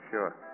Sure